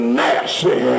nasty